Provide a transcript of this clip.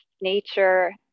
nature